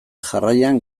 jarraian